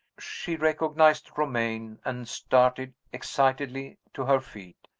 she recognized romayne and started excitedly to her feet.